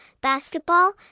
basketball